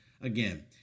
Again